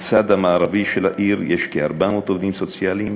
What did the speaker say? בצד המערבי של העיר יש כ-400 עובדים סוציאליים,